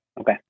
Okay